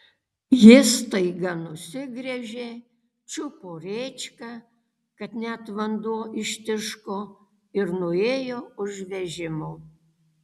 ji staiga nusigręžė čiupo rėčką kad net vanduo ištiško ir nuėjo už vežimo